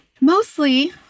Mostly